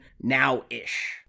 now-ish